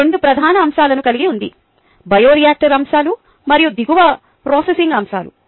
ఇది రెండు ప్రధాన అంశాలను కలిగి ఉంది - బయోరియాక్టర్ అంశాలు మరియు దిగువ ప్రాసెసింగ్ అంశాలు